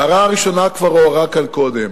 ההערה הראשונה כבר הוערה כאן קודם.